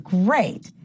great